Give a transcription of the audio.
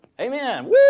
Amen